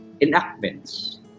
enactments